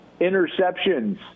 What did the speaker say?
interceptions